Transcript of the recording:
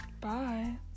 bye